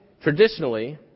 traditionally